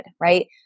right